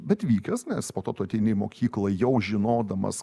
bet vykęs nes po to tu ateini į mokyklą jau žinodamas